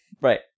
Right